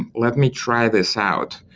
and let me try this out,